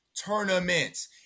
tournaments